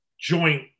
Joint